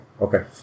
okay